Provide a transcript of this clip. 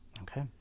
Okay